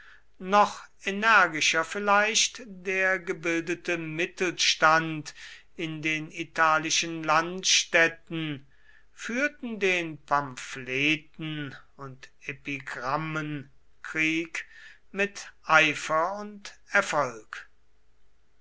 noch energischer vielleicht der gebildete mittelstand in den italischen landstädten führten den pamphleten und epigrammenkrieg mit eifer und erfolg